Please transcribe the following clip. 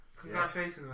Congratulations